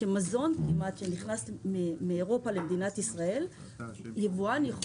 במזון שנכנס מאירופה למדינת ישראל היבואן יכול